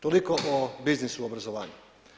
Toliko o biznisu, obrazovanju.